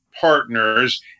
partners